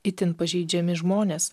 itin pažeidžiami žmonės